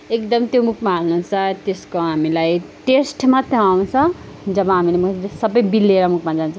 एकदम त्यो मुखमा हाल्नसाथ त्यसको हामीलाई टेस्टमा थाहा हुन्छ जब हामीले सबै बिल्लिएर मुखमा जान्छ